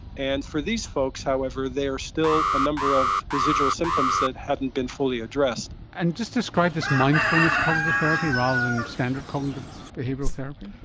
and for these folks, however, there are still a number of residual symptoms that hadn't been fully addressed. and just describe this mindfulness cognitive therapy rather than standard cognitive behavioural therapy.